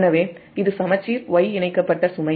எனவே இது சமச்சீர் Y இணைக்கப்பட்ட சுமை